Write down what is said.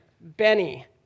Benny